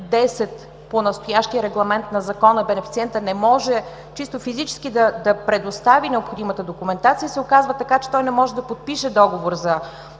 по настоящия регламент на Закона, бенефициентът не може чисто физически да предостави необходимата документация, се оказва така, че той не може да подпише договор за